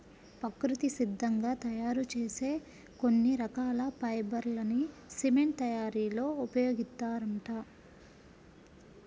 ప్రకృతి సిద్ధంగా తయ్యారు చేసే కొన్ని రకాల ఫైబర్ లని సిమెంట్ తయ్యారీలో ఉపయోగిత్తారంట